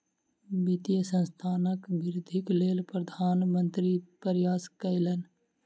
वित्तीय संस्थानक वृद्धिक लेल प्रधान मंत्री प्रयास कयलैन